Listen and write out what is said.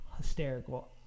hysterical